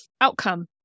outcome